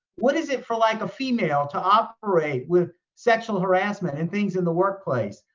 what is it for like a female to operate with sexual harassment and things in the workplace?